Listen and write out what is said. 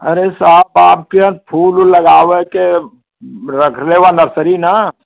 अरे साहब आपके यहाँ फूल उल लगावे के रख ले वा नर्सरी ना